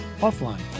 offline